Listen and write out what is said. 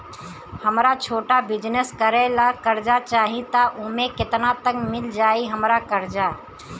हमरा छोटा बिजनेस करे ला कर्जा चाहि त ओमे केतना तक मिल जायी हमरा कर्जा?